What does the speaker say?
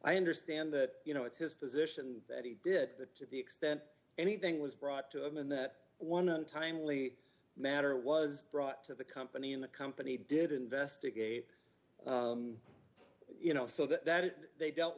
i understand that you know it's his position that he did that to the extent anything was brought to him and that one untimely matter was brought to the company in the company did investigate you know so that they dealt